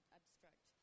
abstract